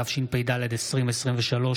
התשפ"ד 2023,